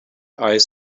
ice